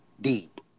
deep